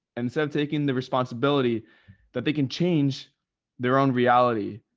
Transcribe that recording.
instead of taking the responsibility that they can change their own reality.